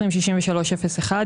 206301,